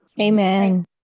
Amen